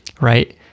right